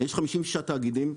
יש 56 תאגידים,